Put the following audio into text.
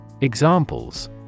Examples